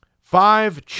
five